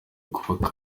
ukuba